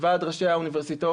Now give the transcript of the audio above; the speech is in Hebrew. ועד ראשי האוניברסיטאות,